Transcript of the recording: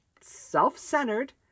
self-centered